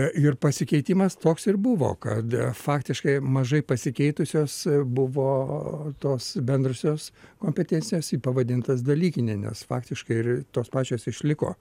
ir pasikeitimas toks ir buvo kad faktiškai mažai pasikeitusios buvo tos bendrosios kompetencijos pavadintos dalykine nes faktiškai ir tos pačios išliko